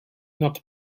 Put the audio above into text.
nad